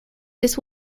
this